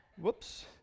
Whoops